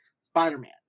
Spider-Man